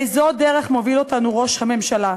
באיזו דרך מוביל אותנו ראש הממשלה?